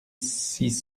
six